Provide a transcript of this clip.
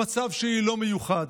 המצב שלי לא מיוחד.